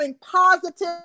positive